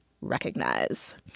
Recognize